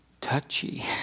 touchy